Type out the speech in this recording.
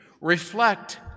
Reflect